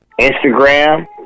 Instagram